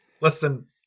Listen